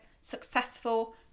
successful